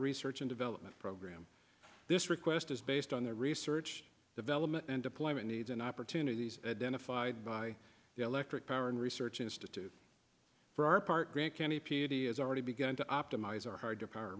research and development program this request is based on their research development and deployment needs and opportunities and then a five by the electric power and research institute for our part grant county p d is already begun to optimize our